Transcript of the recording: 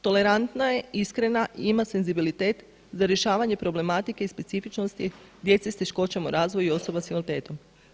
Tolerantna je, iskrena i ima senzibilitet za rješavanje problematike i specifičnosti djece s teškoćama u razvoju i osoba s invaliditetom.